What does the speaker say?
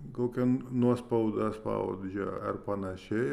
kokia nuospauda spaudžia ar panašiai